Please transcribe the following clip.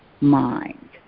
mind